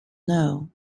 know